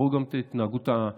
ראו גם את התנהגות המשטרה,